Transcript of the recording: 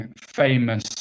famous